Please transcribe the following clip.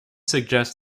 suggests